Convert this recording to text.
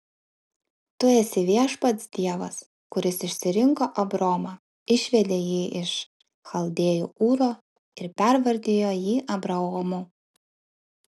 tu esi viešpats dievas kuris išsirinko abromą išvedė jį iš chaldėjų ūro ir pervardijo jį abraomu